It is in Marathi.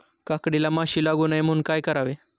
काकडीला माशी लागू नये म्हणून काय करावे?